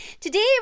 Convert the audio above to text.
Today